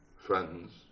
friends